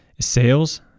sales